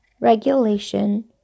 regulation